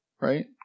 right